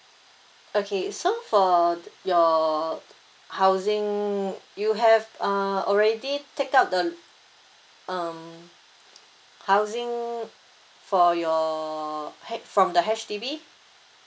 okay so for your housing you have uh already take out the um housing for your from the H_D_B